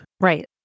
Right